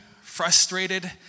frustrated